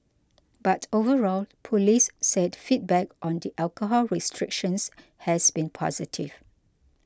but overall police said feedback on the alcohol restrictions has been positive